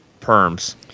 perms